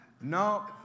No